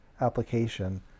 application